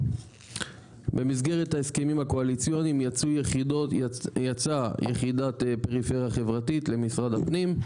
במסגרת ההסכמים הקואליציוניים יצאה יחידת פריפריה חברתית למשרד הפנים,